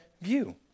view